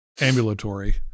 ambulatory